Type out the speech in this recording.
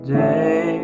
day